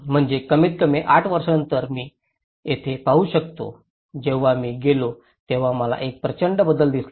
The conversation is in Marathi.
म्हणजे कमीतकमी आठ वर्षांनंतर मी येथे पाहू शकतो जेव्हा मी गेलो तेव्हा मला एक प्रचंड बदल दिसला